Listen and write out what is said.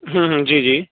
ਜੀ ਜੀ